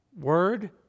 word